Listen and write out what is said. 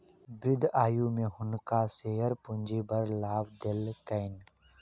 वृद्ध आयु में हुनका शेयर पूंजी बड़ लाभ देलकैन